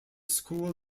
school